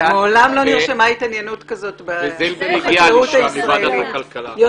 מעולם לא נרשמה התעניינות כזאת בחקלאות הישראלית.